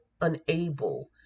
unable